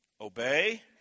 obey